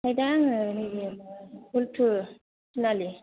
साइडा आङो नैबो हुलथु थिनालि